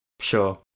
sure